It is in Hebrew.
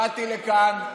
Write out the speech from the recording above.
באתי לכאן,